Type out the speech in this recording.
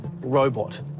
robot